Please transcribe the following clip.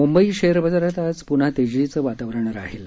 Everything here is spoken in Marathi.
मुंबई शेअर बाजारात आज प्न्हा तेजीचं वातावरण राहिलं